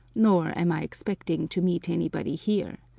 nor am i expecting to meet anybody here.